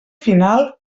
final